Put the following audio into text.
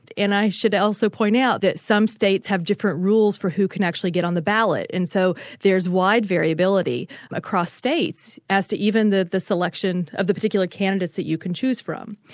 and i should also point out that some states have different rules for who can actually get on the ballot, and so there's wide variability across states as to even the the selection of the particular candidates that you can choose from.